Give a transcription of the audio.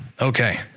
Okay